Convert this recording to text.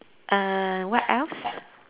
err what else